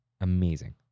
Amazing